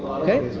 okay